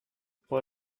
vor